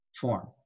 form